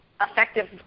effective